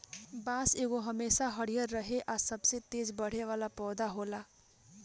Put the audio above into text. बांस एगो हमेशा हरियर रहे आ सबसे तेज बढ़े वाला पौधा होला